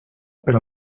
per